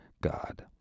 god